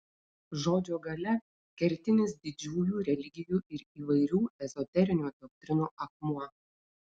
žodžio galia kertinis didžiųjų religijų ir įvairių ezoterinių doktrinų akmuo